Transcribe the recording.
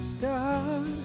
God